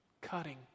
cutting